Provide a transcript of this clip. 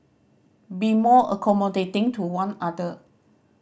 be more accommodating to one other